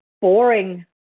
boring